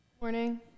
Morning